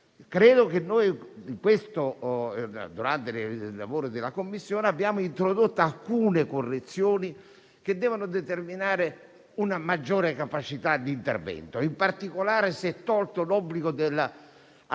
positiva. Durante il lavoro in Commissione, abbiamo introdotto alcune correzioni, che devono determinare una maggiore capacità di intervento. In particolare, si è tolto l'obbligo del rapporto